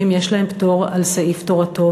אם יש להם פטור על סעיף תורתו-אומנותו?